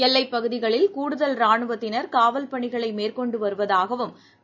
எல்லைப் பகுதிகளில் கூடுதல் ராணுவத்தினர் காவல் பணிகளைமேற்கொண்டுவருவதாகஅவர் கூறினார்